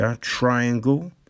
triangle